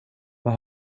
vad